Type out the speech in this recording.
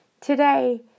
Today